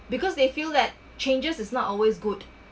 because they feel that changes is not always good